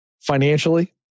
financially